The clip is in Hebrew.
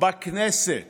השר